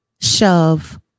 shove